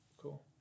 Cool